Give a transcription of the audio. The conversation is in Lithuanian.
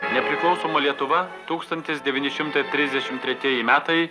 nepriklausoma lietuva tūkstantis devyni šimtai trisdešim tretieji metai